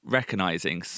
recognizing